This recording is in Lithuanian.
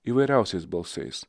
įvairiausiais balsais